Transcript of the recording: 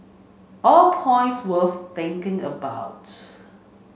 all points worth thinking about